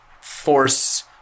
force